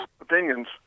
opinions